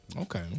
Okay